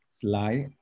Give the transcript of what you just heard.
slide